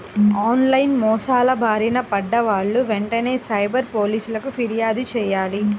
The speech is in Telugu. ఆన్ లైన్ మోసాల బారిన పడ్డ వాళ్ళు వెంటనే సైబర్ పోలీసులకు పిర్యాదు చెయ్యాలి